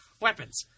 weapons